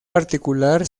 particular